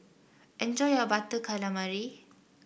enjoy your Butter Calamari